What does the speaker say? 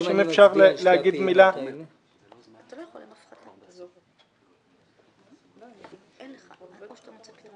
אני מבינה שזה חריג אבל כבר עשיתם את זה